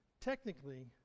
technically